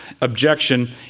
objection